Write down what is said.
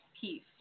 piece